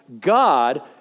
God